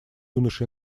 юношей